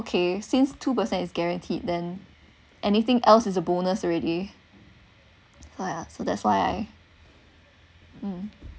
okay since two percent is guaranteed then anything else is a bonus already !aiya! so that's why mm